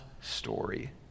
story